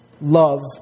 love